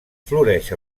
floreix